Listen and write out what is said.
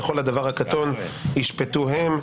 וכל הדבר הקטון ישפטו הם,